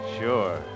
Sure